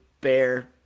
Bear